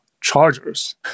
chargers